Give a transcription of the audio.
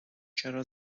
چرا